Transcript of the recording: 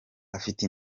afite